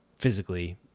Physically